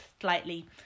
slightly